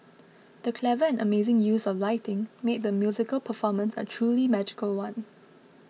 the clever and amazing use of lighting made the musical performance a truly magical one